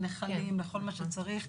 הנחלים וכל מה שצריך.